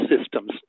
systems